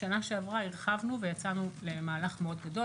בשנה שעברה הרחבנו ויצאנו למהלך גדול מאוד.